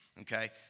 okay